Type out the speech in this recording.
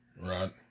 right